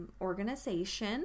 organization